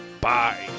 Bye